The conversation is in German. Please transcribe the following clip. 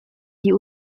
die